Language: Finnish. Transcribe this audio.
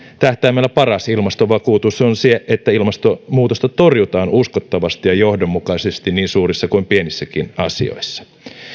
tähtäimellä paras ilmastovakuutus on se että ilmastonmuutosta torjutaan uskottavasti ja johdonmukaisesti niin suurissa kuin pienissäkin asioissa